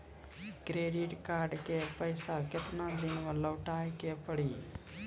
Credit card के पैसा केतना दिन मे लौटाए के पड़ी?